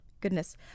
Goodness